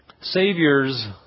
Savior's